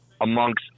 amongst